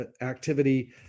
activity